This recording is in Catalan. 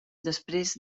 després